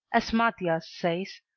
as mathias says,